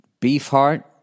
Beefheart